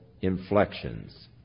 inflections